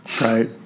Right